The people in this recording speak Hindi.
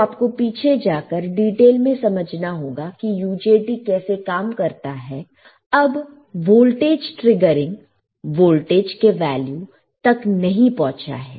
तो आपको पीछे जाकर डिटेल में समझना होगा कि UJT कैसे काम करता है अब वोल्टेज ट्रिगरिंग वोल्टेज के वैल्यू तक नहीं पहुंचा है